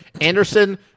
Anderson